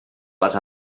les